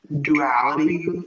Duality